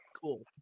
cool